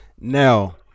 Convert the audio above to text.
now